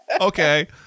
Okay